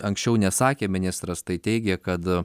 anksčiau nesakė ministras tai teigė kad